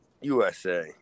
USA